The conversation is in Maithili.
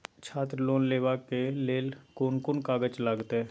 छात्र लोन लेबाक लेल कोन कोन कागज लागतै?